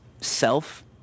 self